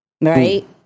Right